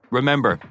Remember